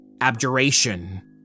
abjuration